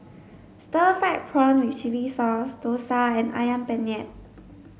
stir fried prawn with chili sauce dosa and ayam penyet